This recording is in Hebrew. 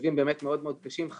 במצבים באמת מאוד-מאוד קשים.